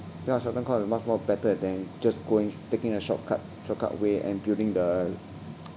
this kind of short term cost is much more better than just going taking a shortcut shortcut way and building the